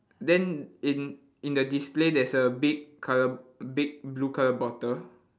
then in in the display there's a big colour big blue colour bottle